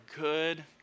good